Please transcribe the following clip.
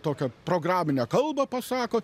tokią programinę kalbą pasako